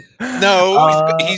No